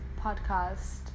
podcast